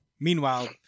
Meanwhile